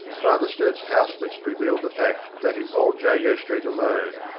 father sturt's house list revealed the fact that in old jago street alone,